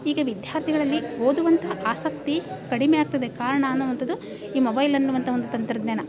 ಹೀಗೆ ವಿದ್ಯಾರ್ಥಿಗಳಲ್ಲಿ ಓದುವಂಥ ಆಸಕ್ತಿ ಕಡಿಮೆ ಆಗ್ತದೆ ಕಾರಣ ಅನ್ನುವಂಥದ್ದು ಈ ಮೊಬೈಲ್ ಅನ್ನುವಂಥ ಒಂದು ತಂತ್ರಜ್ಞಾನ